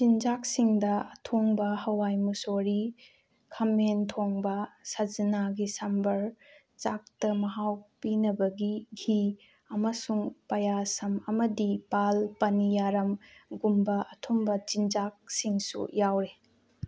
ꯆꯤꯟꯖꯥꯛꯁꯤꯡꯗ ꯑꯊꯣꯡꯕ ꯍꯋꯥꯏ ꯃꯨꯛꯁꯣꯔꯤ ꯈꯥꯃꯦꯟ ꯊꯣꯡꯕ ꯁꯖꯅꯥꯒꯤ ꯁꯝꯕꯔ ꯆꯥꯛꯇ ꯃꯍꯥꯎ ꯄꯤꯅꯕ ꯘꯤ ꯑꯃꯁꯨꯡ ꯄꯌꯥꯁꯝ ꯑꯃꯗꯤ ꯄꯥꯜ ꯄꯥꯅꯤꯌꯥꯔꯝ ꯒꯨꯝꯕ ꯑꯊꯨꯝꯕ ꯆꯤꯟꯖꯥꯛꯁꯤꯡꯁꯨ ꯌꯥꯎꯔꯤ